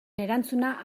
erantzuna